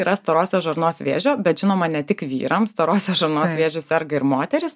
yra storosios žarnos vėžio bet žinoma ne tik vyram storosios žarnos vėžiu serga ir moterys